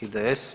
IDS.